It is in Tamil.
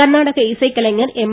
கர்நாடக இசைக் கலைஞர் எம்